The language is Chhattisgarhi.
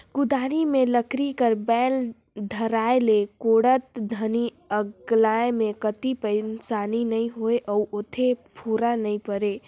कुदारी मे लकरी कर बेठ धराए ले कोड़त घनी अलगाए मे काही पइरसानी नी होए अउ हाथे फोरा नी परे